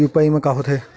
UPI मा का होथे?